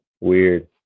Weird